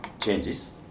changes